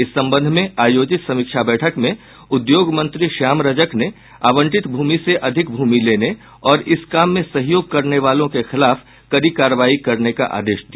इस संबंध में आयोजित समीक्षा बैठक में उद्योग मंत्री श्याम रजक ने आवंटित भूमि से अधिक भूमि लेने और इस काम में सहयोग करने वाले के खिलाफ कड़ी कार्रवाई करने का आदेश दिया